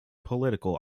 political